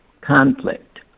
conflict